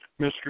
Mr